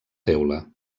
teula